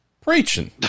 preaching